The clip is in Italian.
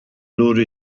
loro